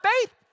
faith